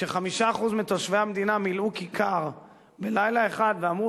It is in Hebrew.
ש-5% מתושבי המדינה מילאו כיכר בלילה אחד ואמרו,